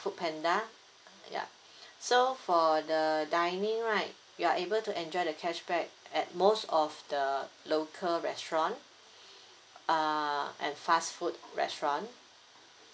food panda ya so for the dining right you're able to enjoy the cashback at most of the local restaurant uh and fast food restaurant